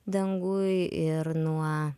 danguj ir nuo